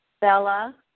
Bella